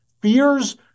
fears